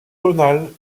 tonal